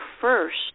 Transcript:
first